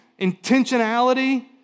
intentionality